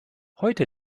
heute